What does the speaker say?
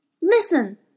Listen